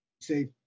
Say